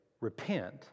Repent